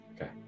Okay